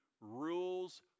rules